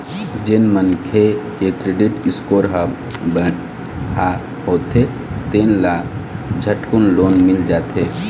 जेन मनखे के क्रेडिट स्कोर ह बड़िहा होथे तेन ल झटकुन लोन मिल जाथे